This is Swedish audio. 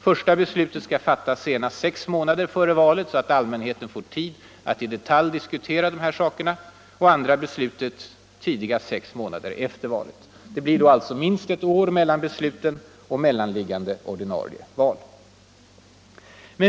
Första beslutet skall fattas senast sex månader före valet, så att allmänheten får tid att i detalj diskutera de här sakerna; det andra beslutet tidigast sex månader efter valet. Det blir då alltså minst ett år mellan besluten och det blir ett mellanliggande ordinarie val.